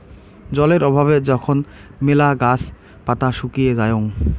জলের অভাবে যখন মেলা গাছ পাতা শুকিয়ে যায়ং